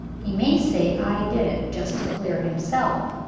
he may say i did it, just to clear himself,